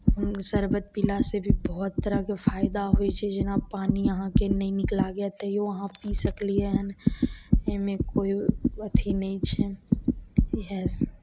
शरबत पीलासँ भी बहुत तरहके फायदा होइ छै जेना पानि अहाँके नहि नीक लागै हइ तैयो अहाँ पी सकलियै हन एहिमे कोइ अथि नहि छनि इएहसभ